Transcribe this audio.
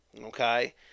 Okay